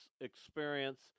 experience